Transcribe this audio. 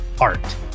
art